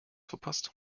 verpasst